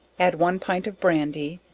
add one pint of brandy,